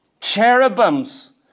cherubims